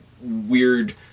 weird